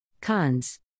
Cons